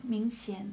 明显